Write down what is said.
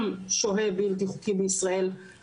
עברו שנתיים מתום תקופת השהייה בישראל.